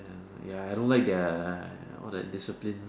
uh ya I don't like that all the discipline